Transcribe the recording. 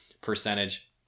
percentage